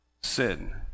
sin